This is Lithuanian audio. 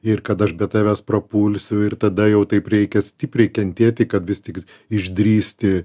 ir kad aš be tavęs prapulsiu ir tada jau taip reikia stipriai kentėti kad vis tik išdrįsti